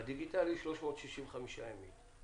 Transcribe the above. בדיגיטלי 365 ימים.